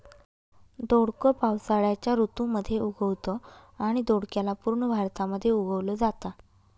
दोडक पावसाळ्याच्या ऋतू मध्ये उगवतं आणि दोडक्याला पूर्ण भारतामध्ये उगवल जाता